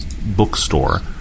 bookstore